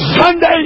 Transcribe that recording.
Sunday